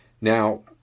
now